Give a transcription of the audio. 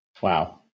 Wow